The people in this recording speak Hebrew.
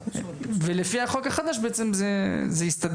לפי החוק החדש זה יתסדר.